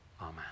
Amen